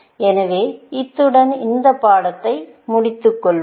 எனவே இத்துடன் இந்த பாடத்தை முடித்துக் கொள்வோம்